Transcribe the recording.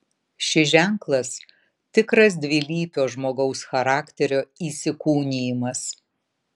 šis ženklas tikras dvilypio žmogaus charakterio įsikūnijimas